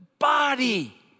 body